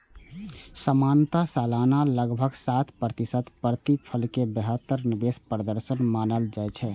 सामान्यतः सालाना लगभग सात प्रतिशत प्रतिफल कें बेहतर निवेश प्रदर्शन मानल जाइ छै